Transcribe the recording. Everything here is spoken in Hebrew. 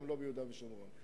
וגם לא ביהודה ושומרון.